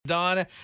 Don